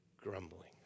grumbling